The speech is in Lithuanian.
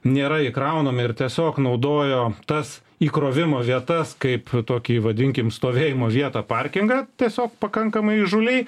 nėra įkraunami ir tiesiog naudojo tas įkrovimo vietas kaip tokį vadinkim stovėjimo vietą parkinge tiesiog pakankamai įžūliai